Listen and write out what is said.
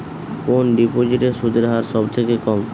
কোন ডিপোজিটে সুদের হার সবথেকে কম?